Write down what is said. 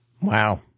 wow